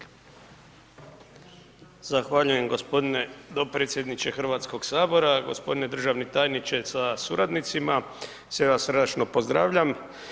Zahvaljujem gospodine dopredsjedniče Hrvatskog sabora, gospodine državni tajniče sa suradnicima, sve vas srdačno pozdravljam.